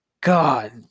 God